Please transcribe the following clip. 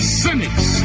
cynics